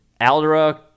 Aldera